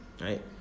Right